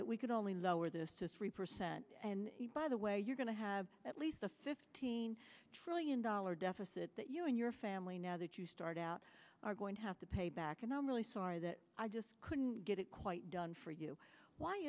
that we could only lower this three percent and by the way you're going to have at least a fifteen trillion dollar deficit that you and your family now that you start out are going to have to pay back and i'm really sorry that i just couldn't get it quite done for you why